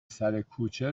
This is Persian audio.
سرکوچه